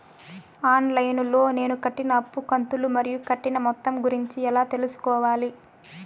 On line లో నేను కట్టిన అప్పు కంతులు మరియు కట్టిన మొత్తం గురించి ఎలా తెలుసుకోవాలి?